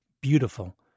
beautiful